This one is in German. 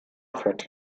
fett